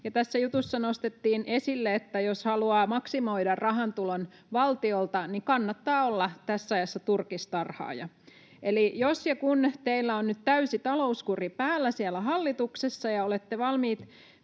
tässä jutussa nostettiin esille, että jos haluaa maksimoida rahantulon valtiolta, niin kannattaa olla tässä ajassa turkistarhaaja. Eli jos ja kun teillä on nyt täysi talouskuri päällä siellä hallituksessa ja olette valmiit